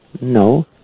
No